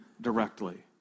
directly